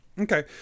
Okay